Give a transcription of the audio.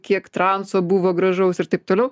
kiek transo buvo gražaus ir taip toliau